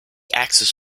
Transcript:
axis